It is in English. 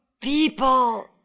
people